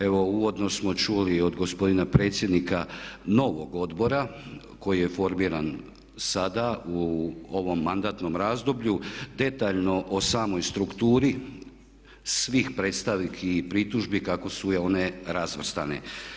Evo uvodno smo čuli od gospodina predsjednika novog odbora koji je formiran sada u ovom mandatnom razdoblju detaljno o samoj strukturi svih predstavki i pritužbi kako su one razvrstane.